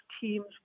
teams